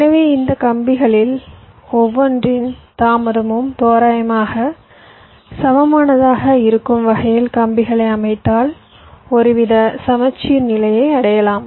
எனவே இந்த கம்பிகளில் ஒவ்வொன்றின் தாமதமும் தோராயமாக சமமானதாக இருக்கும் வகையில் கம்பிகளை அமைத்தால் ஒருவித சமச்சீர்நிலையை அடையலாம்